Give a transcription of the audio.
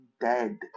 dead